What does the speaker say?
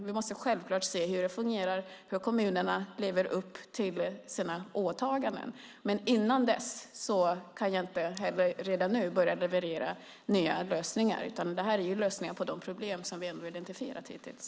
Vi måste självfallet se hur det fungerar, hur kommunerna lever upp till sina åtaganden. Innan dess kan jag inte redan nu börja leverera nya lösningar. Detta är lösningar på de problem som vi har identifierat hittills.